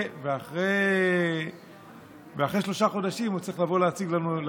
אחרי שלושה חודשים הוא צריך לבוא ולהציג לנו,